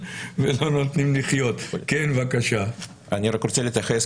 אני מבקש להתייחס,